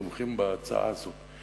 תומכות בהצעה הזאת,